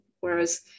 whereas